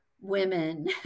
women